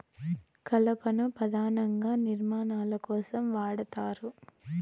కలపను పధానంగా నిర్మాణాల కోసం వాడతారు